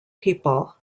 people